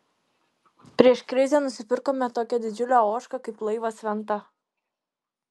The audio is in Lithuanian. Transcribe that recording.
prieš krizę nusipirkome tokią didžiulę ožką kaip laivas venta